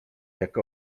jak